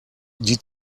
die